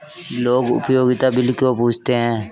लोग उपयोगिता बिल क्यों पूछते हैं?